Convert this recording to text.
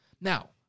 Now